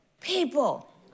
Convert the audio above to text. people